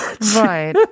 Right